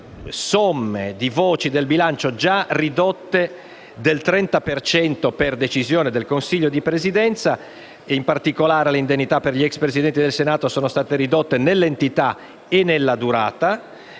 somme di voci del bilancio già ridotte del 30 per cento per decisione del Consiglio di Presidenza. In particolare, le indennità per gli ex Presidenti del Senato sono state ridotte nell'entità e nella durata